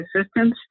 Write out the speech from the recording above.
assistance